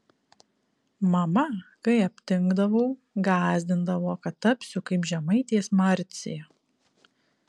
mama kai aptingdavau gąsdindavo kad tapsiu kaip žemaitės marcė